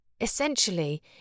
Essentially